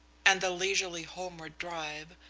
and the leisurely homeward drive,